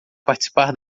participar